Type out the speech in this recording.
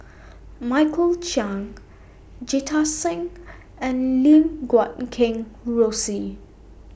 Michael Chiang Jita Singh and Lim Guat Kheng Rosie